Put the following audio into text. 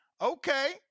Okay